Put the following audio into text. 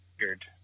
Weird